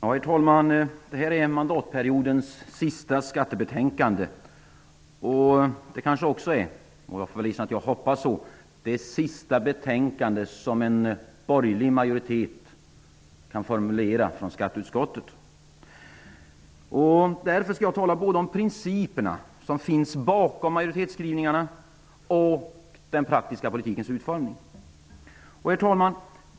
Herr talman! Det här är mandatperiodens sista skattebetänkande. Det är kanske också -- och jag får väl erkänna att jag hoppas det -- det sista betänkandet som en borgerlig majoritet i skatteutskottet har formulerat. Jag skall tala både om principerna som finns bakom majoritetsskrivningarna och om den praktiska politikens utformning. Herr talman!